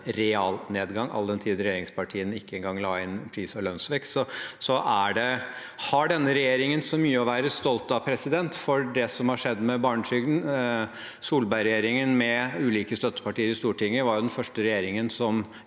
realnedgang, all den tid regjeringspartiene ikke engang la inn pris- og lønnsvekst. Har denne regjeringen så mye å være stolt av når det gjelder det som har skjedd med barnetrygden? Solbergregjeringen, med ulike støttepartier i Stortinget, var jo den første regjeringen